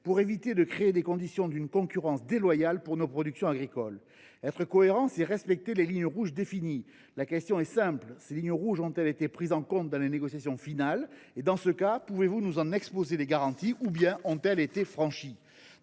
pour éviter de créer les conditions d’une concurrence déloyale pour nos productions agricoles. Être cohérents, c’est respecter les lignes rouges définies. La question est simple : ces lignes rouges ont elles été prises en compte dans les négociations finales – dans ce cas, pouvez vous nous exposer les garanties ?– ou bien ont elles été franchies ?